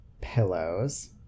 pillows